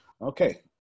Okay